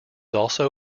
also